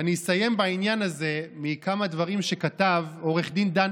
ואני אסיים בעניין הזה עם כמה דברים שכתב עו"ד דן